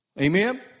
amen